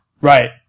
Right